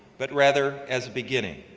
but rather as a beginning,